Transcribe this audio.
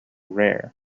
rare